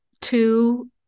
two